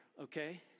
okay